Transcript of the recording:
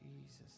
Jesus